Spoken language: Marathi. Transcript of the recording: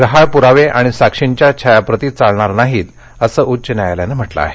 गहाळ प्रावे आणि साक्षींच्या छायाप्रती चालणार नाहीत असं उच्च न्यायालयानं म्हटलं आहे